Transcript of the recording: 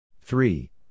Three